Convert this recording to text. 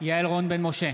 יעל רון בן משה,